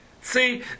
See